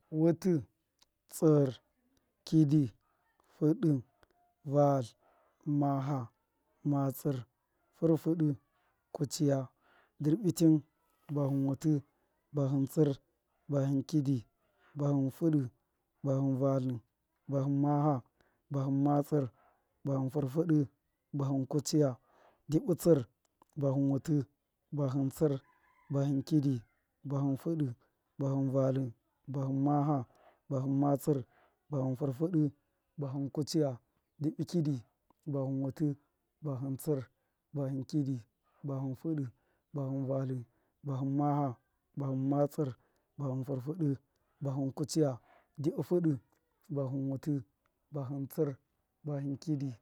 Wutṫ, tsṫr, kidṫ, fudu, vatlṫ, maha, matsṫr, furfudu, kuchiya, dṫrbitṫn, bahṫn wutṫ, bahṫn tsṫr, bahṫn kidṫ, bahṫn fudu, bahṫ vatlṫn, bahin maha, bahin matsṫn, bahṫ furfudu, bahin kuchiya, dṫbṫtsṫr, bahṫn wutṫ, bahṫn tsṫr, bahṫn kidṫ, bahṫn fudu, bahṫn vatlṫ, bahṫn maha, bahṫn matsṫr, bahṫn furfudu, bahṫn kuchiya, dṫbṫ kṫdṫ, bahṫn wutṫ, bahṫn tsṫr, bahṫn kidi, bahṫn fudu, bahṫn vatlṫ, bahṫn maha, bahṫn matsṫr, bahṫn furfudu, bahṫn kuchiya, dṫbṫn fudu, bahṫn wutṫ, bahṫn tsṫr, bahṫn ktdṫ.